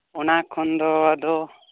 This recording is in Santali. ᱚᱱᱟ ᱠᱷᱚᱱ ᱫᱚ ᱟᱫᱚ